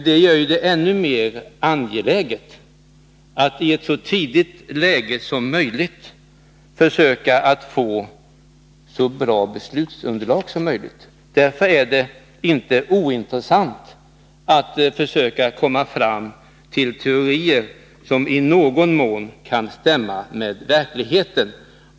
Det gör det ännu mer angeläget att så tidigt som möjligt försöka få bästa möjliga beslutsunderlag. Därför är det inte ointressant att försöka komma fram till teorier som i någon mån stämmer med verkligheten.